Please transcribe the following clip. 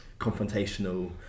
confrontational